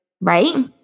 Right